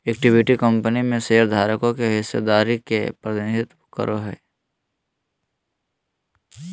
equity company में शेयरधारकों के हिस्सेदारी के प्रतिनिधित्व करो हइ